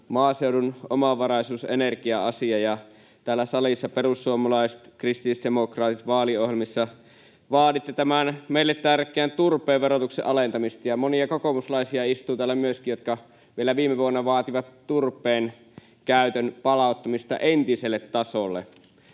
maaseudun omavaraisuus- ja energia-asia. Täällä salissa ja vaaliohjelmissa, perussuomalaiset, kristillisdemokraatit, vaaditte tämän meille tärkeän turpeen verotuksen alentamista, ja myöskin monia kokoomuslaisia istuu täällä, jotka vielä viime vuonna vaativat turpeen käytön palauttamista entiselle tasolle.